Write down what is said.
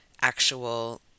actual